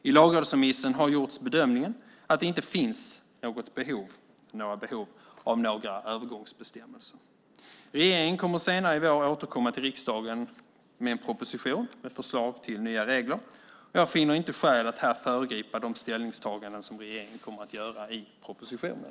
I lagrådsremissen har gjorts bedömningen att det inte finns något behov av några övergångsbestämmelser. Regeringen kommer senare i vår att återkomma till riksdagen med en proposition med förslag till nya regler. Jag finner inte skäl att här föregripa de ställningstaganden som regeringen kommer att göra i propositionen.